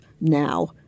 now